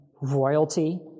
royalty